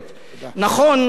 זאת ישראל היום,